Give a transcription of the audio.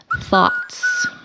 thoughts